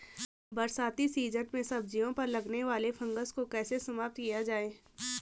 बरसाती सीजन में सब्जियों पर लगने वाले फंगस को कैसे समाप्त किया जाए?